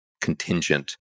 contingent